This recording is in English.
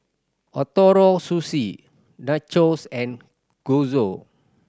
Ootoro Sushi Nachos and